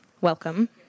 Welcome